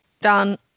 done